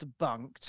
debunked